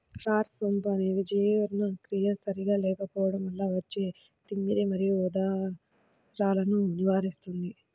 star సోంపు అనేది జీర్ణక్రియ సరిగా లేకపోవడం వల్ల వచ్చే తిమ్మిరి మరియు ఉదరాలను నివారిస్తుంది